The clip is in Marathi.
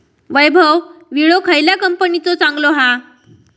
वैभव विळो खयल्या कंपनीचो चांगलो हा?